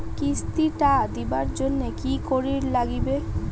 কিস্তি টা দিবার জন্যে কি করির লাগিবে?